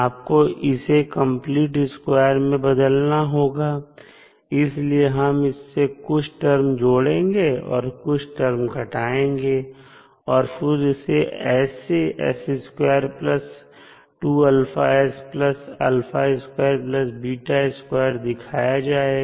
आपको इसे complete square में बदलना होगा इसलिए हम इसमें कुछ टर्म जोड़ेंगे और कुछ टर्म घटाएंगे और फिर उसे ऐसे दिखाया जाएगा